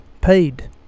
paid